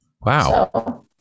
Wow